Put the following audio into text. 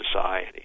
society